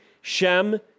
Shem